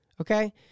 okay